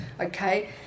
okay